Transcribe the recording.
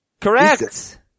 Correct